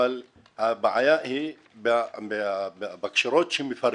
אבל הבעיה היא בקשירות שמפרקים.